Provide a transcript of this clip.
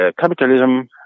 capitalism